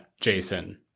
Jason